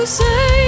say